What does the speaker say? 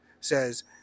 Says